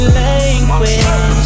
language